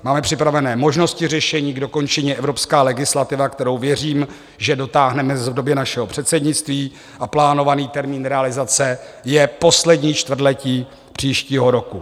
Máme připravené možnosti řešení, k dokončení je evropská legislativa, kterou věřím, že dotáhneme v době našeho předsednictví, a plánovaný termín realizace je poslední čtvrtletí příštího roku.